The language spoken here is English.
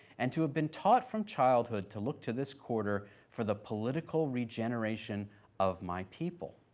and to have been taught from childhood to look to this quarter for the political regeneration of my people.